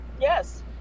Yes